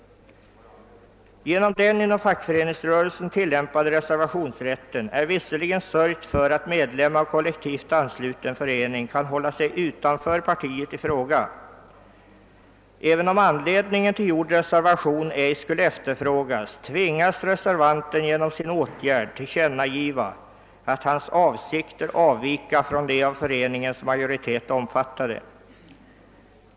Genom den inom fackföreningsrörelsen tillämpade reservationsrätten är visserligen sörjt för att medlem av kollektivt ansluten förening kan hålla sig utanför partiet i fråga. ——— Även om anledningen till gjord reservation ej skulle efterfrågas, tvingas reservanten genom sin åtgärd tillkännagiva, att hans åsikter avvika från de av föreningens majoritet omfattade.